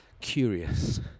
curious